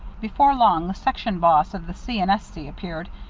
before long the section boss of the c. and s. c. appeared,